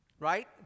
right